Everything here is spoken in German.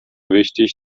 wichtig